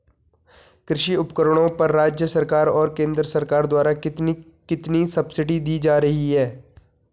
कृषि उपकरणों पर राज्य सरकार और केंद्र सरकार द्वारा कितनी कितनी सब्सिडी दी जा रही है?